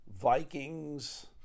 Vikings